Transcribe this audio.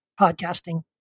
podcasting